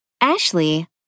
Ashley